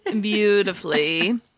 Beautifully